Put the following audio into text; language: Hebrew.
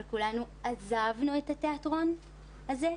אבל כולנו עזבנו את התיאטרון הזה.